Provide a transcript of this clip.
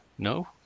No